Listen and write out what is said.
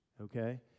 Okay